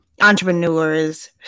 entrepreneurs